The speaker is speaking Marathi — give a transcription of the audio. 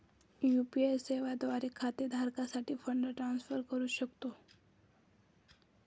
यू.पी.आय सेवा द्वारे खाते धारकासाठी फंड ट्रान्सफर करू शकतो